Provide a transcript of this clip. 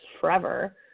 forever